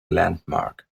landmark